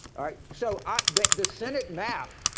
all right. so ah the the senate map